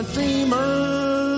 Dreamers